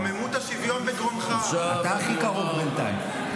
אתה הכי קרוב בינתיים.